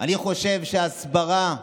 אני חושב שהסברה,